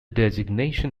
designation